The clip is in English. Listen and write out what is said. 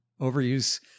Overuse